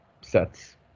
sets